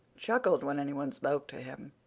chuckled when any one spoke to him,